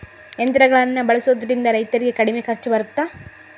ಯಂತ್ರಗಳನ್ನ ಬಳಸೊದ್ರಿಂದ ರೈತರಿಗೆ ಕಡಿಮೆ ಖರ್ಚು ಬರುತ್ತಾ?